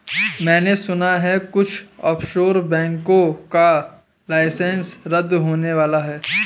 मैने सुना है कुछ ऑफशोर बैंकों का लाइसेंस रद्द होने वाला है